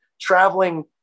traveling